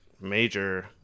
major